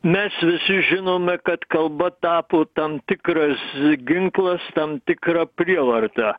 mes visi žinome kad kalba tapo tam tikras ginklas tam tikra prievarta